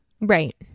Right